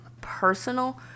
Personal